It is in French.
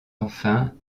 enfin